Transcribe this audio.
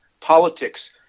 politics